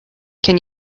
can